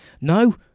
No